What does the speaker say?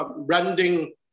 branding